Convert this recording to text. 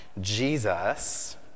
Jesus